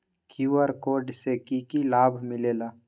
QR code से कि कि लाव मिलेला?